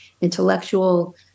intellectual